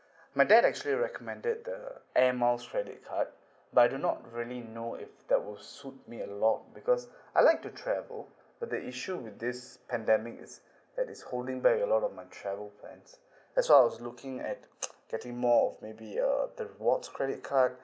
my dad actually recommended the air miles credit card but I do not really know if that will suit me a lot because I like to travel but the issue with this pandemic is that it's holding back a lot of my travel plans that's why I was looking at getting more of maybe uh the rewards credit card